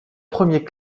premiers